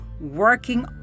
working